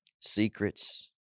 secrets